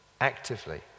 actively